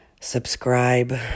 subscribe